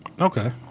okay